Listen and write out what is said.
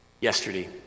yesterday